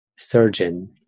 surgeon